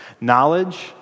Knowledge